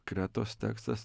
kretos tekstas